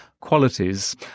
qualities